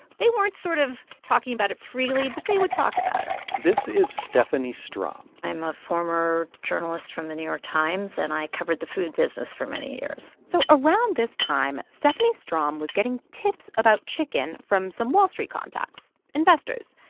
they weren't sort of talking about it freely, but they would talk about it this is stephanie strom i'm a former journalist from the new york times. and i covered the food business for many years so around this time, stephanie strom was getting tips about chicken from some wall street contacts, investors.